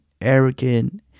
arrogant